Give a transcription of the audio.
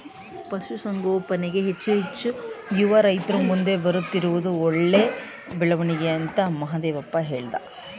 ಪಶುಸಂಗೋಪನೆಗೆ ಹೆಚ್ಚು ಹೆಚ್ಚು ಯುವ ರೈತ್ರು ಮುಂದೆ ಬರುತ್ತಿರುವುದು ಒಳ್ಳೆ ಬೆಳವಣಿಗೆ ಅಂತ ಮಹಾದೇವಪ್ಪ ಹೇಳ್ದ